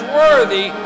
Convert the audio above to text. worthy